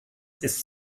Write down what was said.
ist